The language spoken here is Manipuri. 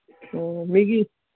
ꯑꯣ ꯃꯤꯒꯤ